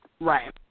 Right